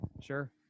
sure